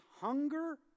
hunger